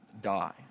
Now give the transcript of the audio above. die